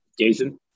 Jason